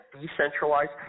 decentralized